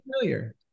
familiar